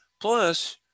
Plus